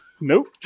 Nope